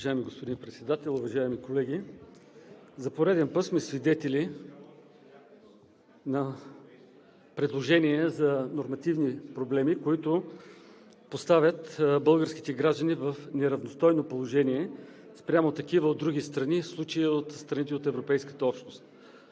Уважаеми господин Председател, уважаеми колеги! За пореден път сме свидетели на предложения за нормативни промени, които поставят българските граждани в неравностойно положение спрямо такива от други страни, в случая от страните от Европейската общност.